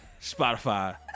Spotify